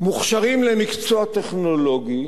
מוכשרים למקצוע טכנולוגי.